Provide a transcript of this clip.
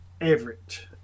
Everett